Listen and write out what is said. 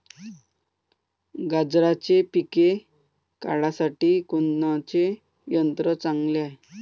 गांजराचं पिके काढासाठी कोनचे यंत्र चांगले हाय?